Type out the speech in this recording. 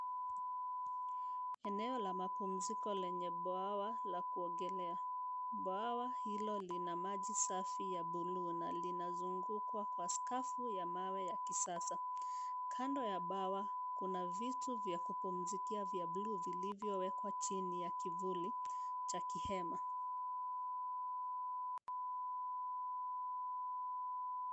Eneo la mapumziko lenye bwawa la kuogelea. Bwawa hilo lina maji safi ya buluu na linazungukwa kwa skafu ya mawe ya kisasa. Kando ya bwawa kuna vitu vya kupumzikia vya bluu vilivyowekwa chini ya kivuli cha kihema.